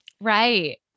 Right